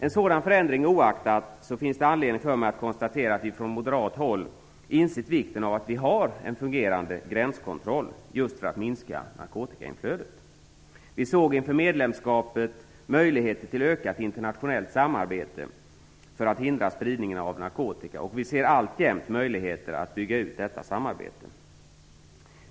En sådan förändring oaktat, finns det anledning för mig att konstatera att vi från moderat håll insett vikten av att vi har en fungerande gränskontroll, just för att minska narkotikainflödet. Vi såg inför medlemskapet möjligheter till ökat internationellt samarbete, för att kunna hindra spridningen av narkotika. Vi ser alltjämt möjligheter att bygga ut detta samarbete.